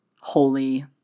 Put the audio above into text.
holy